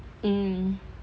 mm